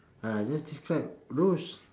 uh just describe Roz